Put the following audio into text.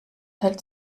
hält